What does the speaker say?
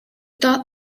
thought